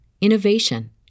innovation